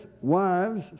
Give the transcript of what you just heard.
...wives